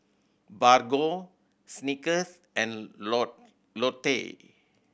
Bargo Snickers and Lotte